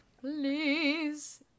Please